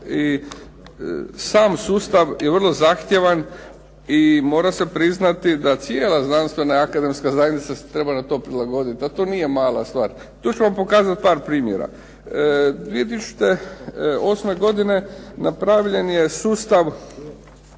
i sam sustav je vrlo zahtjevan i mora se priznati da cijela znanstvena akademska zajednica se trebala tome prilagoditi, da to nije mala stvar. Tu ću vam pokazati par primjera. 2008. godine napravljen je sustav